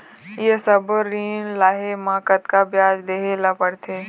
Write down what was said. ये सब्बो ऋण लहे मा कतका ब्याज देहें ले पड़ते?